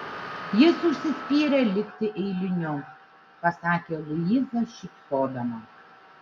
jis užsispyrė likti eiliniu pasakė luiza šypsodama